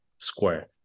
Square